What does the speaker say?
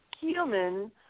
human